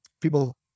people